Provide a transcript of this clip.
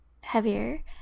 heavier